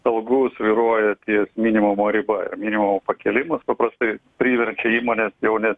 algų svyruoja ties minimumo riba ir minimumo pakėlimas paprastai priverčia įmones jau net